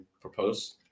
propose